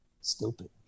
Stupid